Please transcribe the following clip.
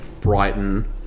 Brighton